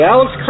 Alex